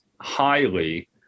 highly